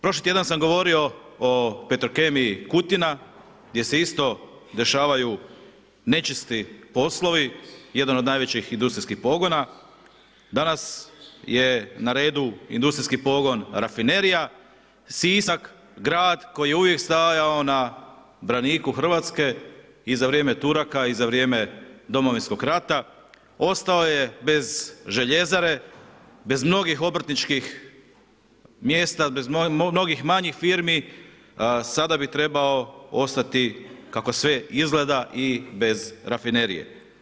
Prošli tjedan sam govorio o Petrokemiji Kutina gdje se isto dešavaju nečisti poslovi, jedan od najvećih industrijskih pogona, danas je na redu industrijski pogon rafinerija, Sisak, grad koji je uvijek stajao na braniku Hrvatske i za vrijeme Turaka i za vrijeme Domovinskog rata, ostao je bez željezare, bez mnogih obrtničkih mjesta, bez mnogih manjih firmi, sada bi trebao ostati kako sve izgleda i bez rafinerije.